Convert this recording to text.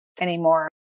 anymore